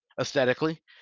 aesthetically